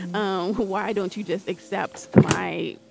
um who why don't you just accept my,